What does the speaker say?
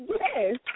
Yes